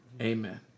Amen